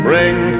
Bring